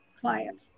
client